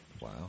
Wow